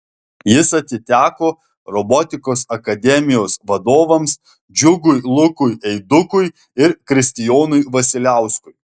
jis atiteko robotikos akademijos vadovams džiugui lukui eidukui ir kristijonui vasiliauskui